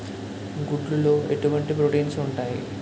గుడ్లు లో ఎటువంటి ప్రోటీన్స్ ఉంటాయి?